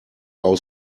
aus